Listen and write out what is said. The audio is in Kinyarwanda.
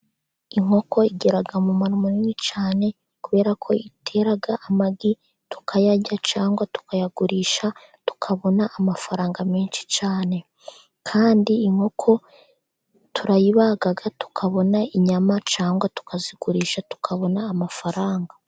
Inkoko igiraga umumaro munini cyane kubera ko itera amagi tukayarya, cyangwa tukayagurisha tukabona amafaranga menshi cyane, kandi inkoko turayibaga tukabona inyama, cyangwa tukazigurisha tukabona amafaranga.